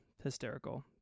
hysterical